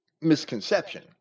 misconception